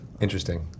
Interesting